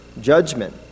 judgment